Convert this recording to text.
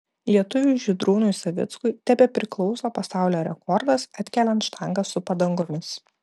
lietuviui žydrūnui savickui tebepriklauso pasaulio rekordas atkeliant štangą su padangomis